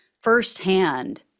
firsthand